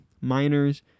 miners